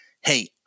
Hey